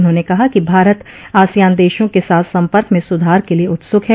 उन्होंने कहा कि भारत आसियान देशों के साथ संपर्क में सुधार के लिए उत्सुक है